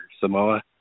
Samoa